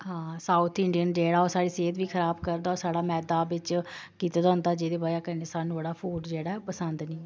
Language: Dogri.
हां साउथ इंडियन जेह्ड़ा साढ़ी सेह्त बी खराब करदा होर सारा मैदा बिच्च कीते दा होंदा जेह्दी बजह् कन्नै सानूं ओह्कड़ा फूड जेह्ड़ा पसंद नेईं ऐ